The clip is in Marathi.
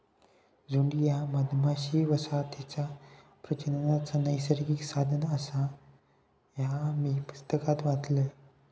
झुंड ह्या मधमाशी वसाहतीचा प्रजननाचा नैसर्गिक साधन आसा, ह्या मी पुस्तकात वाचलंय